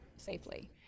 safely